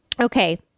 Okay